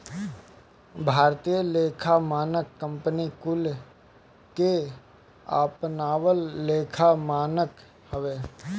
भारतीय लेखा मानक कंपनी कुल के अपनावल लेखा मानक हवे